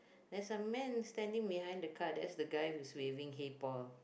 there's a man standing behind the car that's the guy who's waving hey Paul